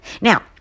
Now